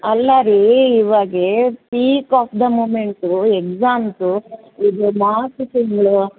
ಅಲ್ಲ ರೀ ಇವಾಗೆ peak of the moment exams ಇನ್ನು ನಾಲ್ಕು ತಿಂಗಳು